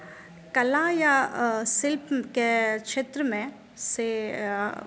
कला या शिल्पके क्षेत्रमे से